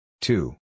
Two